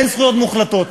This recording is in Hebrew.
אין זכויות מוחלטות.